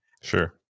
sure